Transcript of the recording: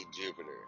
Jupiter